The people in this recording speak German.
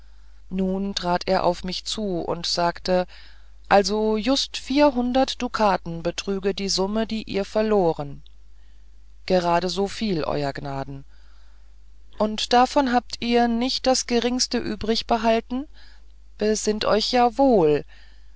nun trat er auf mich zu und sagte also just vierhundert dukaten betrüge die summe die ihr verloren gerade soviel ew gnaden und davon hättet ihr nicht das geringste übrigbehalten besinnt euch ja wohl